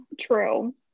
true